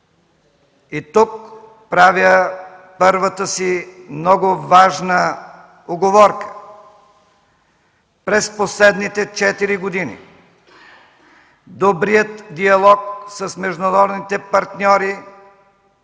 И тук правя първата си много важна уговорка. През последните четири години добрият диалог с международните партньори